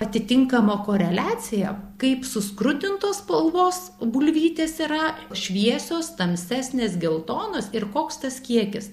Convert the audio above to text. atitinkama koreliacija kaip suskrudintos spalvos bulvytės yra šviesios tamsesnės geltonos ir koks tas kiekis